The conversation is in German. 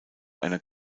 einer